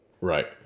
Right